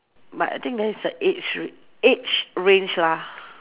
but I think there's a age ran~ age range lah